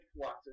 lots